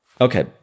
okay